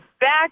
back